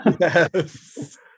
Yes